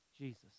Jesus